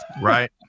right